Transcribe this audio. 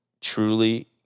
truly